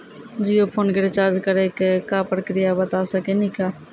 Jio phone के recharge करे के का प्रक्रिया बता साकिनी का?